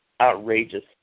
Outrageous